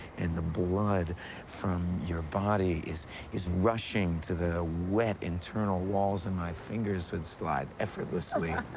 and the blood from your body is is rushing to the wet internal walls, and my fingers would slide effortlessly